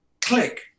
click